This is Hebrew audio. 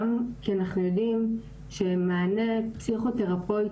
גם כי אנחנו יודעים שמענה פסיכותרפויטי